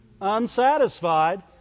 unsatisfied